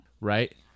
right